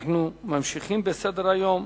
אנחנו ממשיכים בסדר-היום.